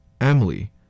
Emily